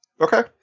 Okay